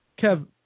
Kev